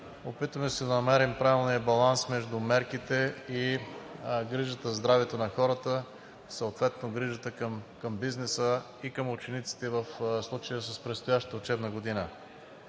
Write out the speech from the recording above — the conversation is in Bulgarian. опитваме се да намерим правилния баланс между мерките и грижата за здравето на хората, съответно грижата към бизнеса и към учениците, в случая с предстоящата учебна година.